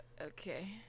Okay